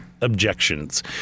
objections